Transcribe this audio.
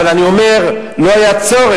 אבל אני אומר, לא היה צורך.